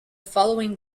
following